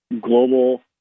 global